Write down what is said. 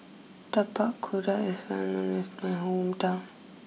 Tapak Kuda is well known is my hometown